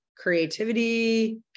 Creativity